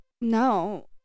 no